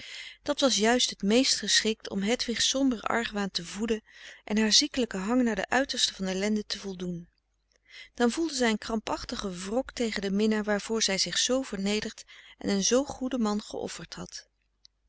dat was juist het meest geschikt om hedwigs somberen argwaan te voeden en haar ziekelijken hang naar de uitersten van ellende te voldoen dan voelde zij een krampachtigen wrok tegen den minnaar waarvoor zij zich zoo vernederd en een frederik van eeden van de koele meren des doods zoo goeden man geofferd had